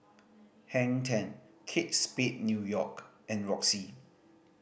Hang Ten Kate Spade New York and Roxy